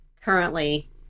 currently